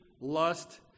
lust